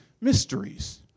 mysteries